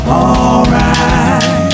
alright